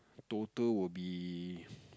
total will be